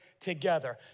together